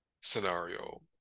scenario